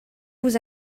vous